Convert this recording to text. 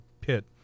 pit